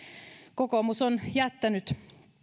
kokoomus on jättänyt